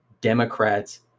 democrats